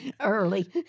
early